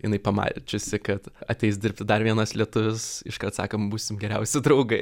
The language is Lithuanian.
inai pamačiusi kad ateis dirbti dar vienas lietuvis iškart sakėm būsim geriausi draugai